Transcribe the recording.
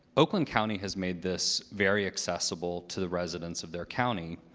oakland county has made this very accessible to the residents of their county.